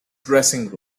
dressing